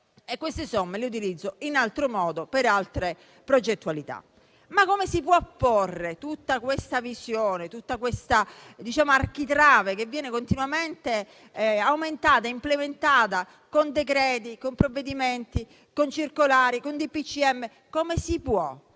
queste somme le utilizzo in altro modo per altre progettualità. Come si può porre tutta questa visione, tutta quest'architrave che viene continuamente amentata e implementata con provvedimenti, circolari e DPCM? Come si può